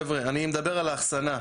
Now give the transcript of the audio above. חבר'ה, אני מדבר על האחסנה,